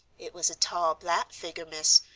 it was a tall, black figger, miss,